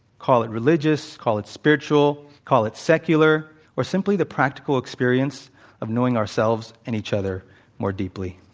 call it religious, call it spiritual, call it secular, or simply the practical experience of knowing ourselves and each other more deeply.